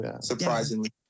surprisingly